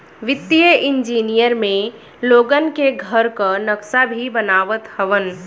वित्तीय इंजनियर में लोगन के घर कअ नक्सा भी बनावत हवन